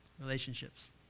Relationships